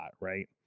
Right